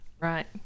Right